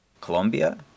Colombia